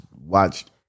Watched